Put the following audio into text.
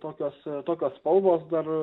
tokios tokios spalvos dar